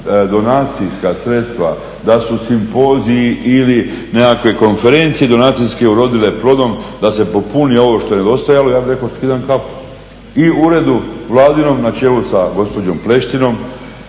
donacijska sredstva, da su … ili nekakve konferencije donacijske urodile plodom da se popuni ovo što je nedostajalo, ja bih rekao "skidam kapu". I u uredu Vladinom na čelu sa gospođom Pleštinom